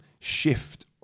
shift